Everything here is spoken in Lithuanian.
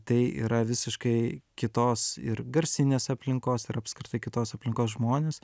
tai yra visiškai kitos ir garsinės aplinkos ir apskritai kitos aplinkos žmonės